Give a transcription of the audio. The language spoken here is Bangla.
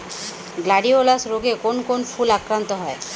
গ্লাডিওলাস রোগে কোন কোন ফুল আক্রান্ত হয়?